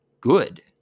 good